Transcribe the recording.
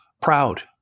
proud